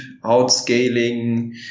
outscaling